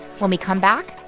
when we come back,